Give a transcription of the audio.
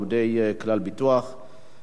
הצעות לסדר-היום מס' 8358,